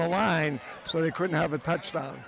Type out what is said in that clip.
the line so they couldn't have a touchdown